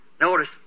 Notice